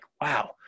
wow